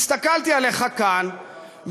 הסתכלתי עליך כאן,